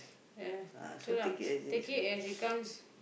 ya true lah take it as it comes